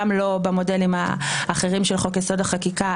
גם לא במודלים האחרים של חוק יסוד: החקיקה.